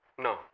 No